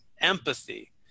empathy